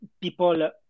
people